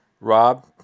Rob